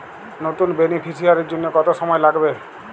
নতুন বেনিফিসিয়ারি জন্য কত সময় লাগবে?